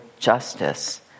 justice